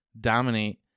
dominate